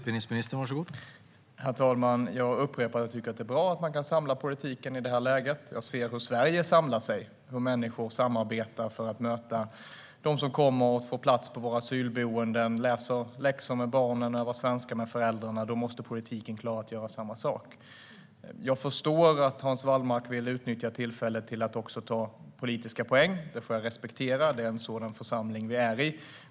Herr talman! Jag upprepar att jag tycker att det är bra att man kan samla politiken i detta läge. Jag ser hur Sverige samlar sig och hur människor samarbetar för att möta dem som kommer och får plats på våra asylboenden. De läser läxor med barnen eller svenska med föräldrarna. Då måste politiken klara att göra samma sak. Jag förstår att Hans Wallmark vill utnyttja tillfället till att också ta politiska poäng. Det får jag respektera, eftersom vi är i en sådan församling.